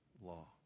law